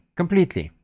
completely